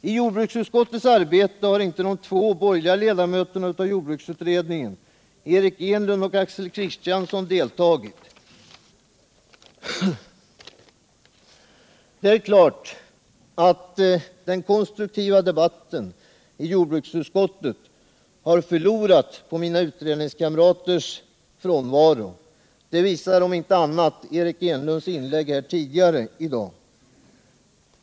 I jordbruksutskottets arbete har de två borgerliga ledamöterna av jordbruksutredningen, Eric Enlund och Axel Kristiansson, inte deltagit. Det är klart att den konstruktiva debatten i jordbruksutskottet har förlorat på mina utredningskamraters frånvaro. Det visar om inte annat Eric Enlunds inlägg tidigare i dag.